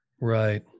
Right